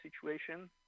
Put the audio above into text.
situation